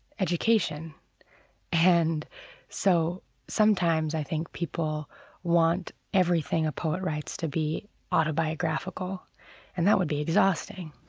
education and so sometimes i think people want everything a poet writes to be autobiographical and that would be exhausting